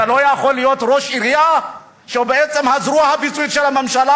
אתה לא יכול להיות ראש עירייה שהוא בעצם הזרוע הביצועית של הממשלה.